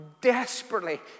desperately